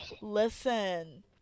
listen